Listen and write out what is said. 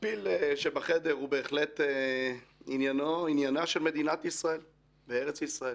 הפיל שבחדר הוא בהחלט עניינה של מדינת ישראל וארץ ישראל.